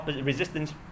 resistance